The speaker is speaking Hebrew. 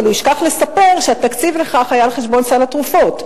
אבל הוא ישכח לספר שהתקציב לכך היה על חשבון סל התרופות.